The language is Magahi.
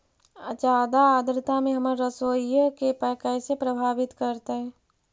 जादा आद्रता में हमर सरसोईय के कैसे प्रभावित करतई?